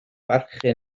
barchu